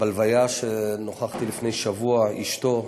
בלוויה, שנכחתי בה לפני שבוע, אשתו,